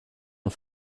ont